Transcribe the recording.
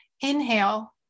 inhale